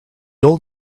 old